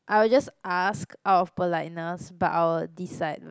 I'll just ask out of politeness but I'll decide